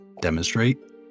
demonstrate